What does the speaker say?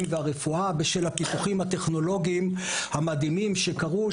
והרפואה בשל הפיתוחים הטכנולוגיים המדהימים שקרו,